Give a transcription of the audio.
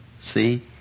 See